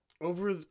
Over